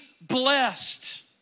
blessed